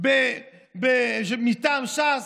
מטעם ש"ס,